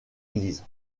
églises